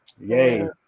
Yay